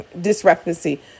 discrepancy